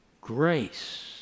Grace